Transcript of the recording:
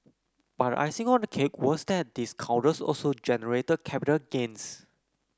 but the icing on the cake was that these counters also generated capital gains